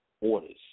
orders